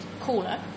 cooler